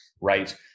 right